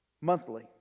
monthly